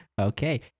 Okay